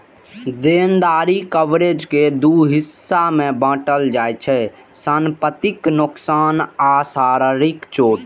देनदारी कवरेज कें दू हिस्सा मे बांटल जाइ छै, संपत्तिक नोकसान आ शारीरिक चोट